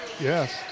Yes